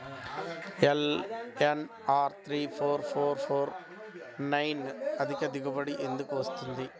LNR three four four four nine అధిక దిగుబడి ఎందుకు వస్తుంది?